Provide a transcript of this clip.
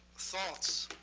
thoughts